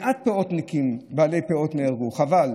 מעט פאותיקים, בעלי פאות, נהרגו, חבל,